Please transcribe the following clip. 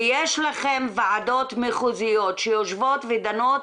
ויש לכם ועדות מחוזיות שיושבות ודנות